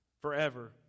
Forever